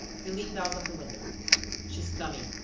he leant out of the window she is coming.